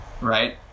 right